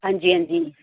हां जी हां जी